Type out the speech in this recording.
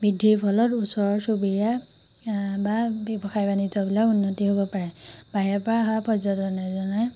বৃদ্ধিৰ ফলত ওচৰ চুবুৰীয়া আ বা ব্যৱসায় বাণিজ্যবিলাক উন্নতি হ'ব পাৰে বাহিৰৰ পৰা অহা পৰ্যটন এজনে